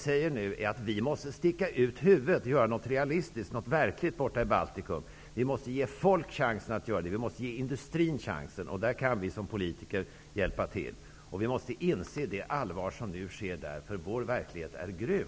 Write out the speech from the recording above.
Sverige måste sticka ut huvudet och göra något realistiskt och verkligt i Baltikum. Folk i allmänhet och industrin måste få chansen. Där kan vi som politiker hjälpa till. Vi måste inse hur allvarligt det som sker i Baltikum är. Vår verklighet är grym.